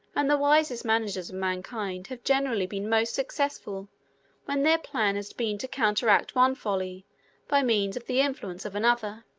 and the wisest managers of mankind have generally been most successful when their plan has been to counteract one folly by means of the influence of another.